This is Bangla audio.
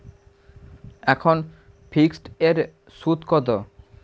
এখন ফিকসড এর সুদ কত?